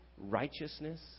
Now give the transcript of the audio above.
righteousness